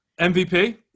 MVP